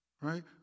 Right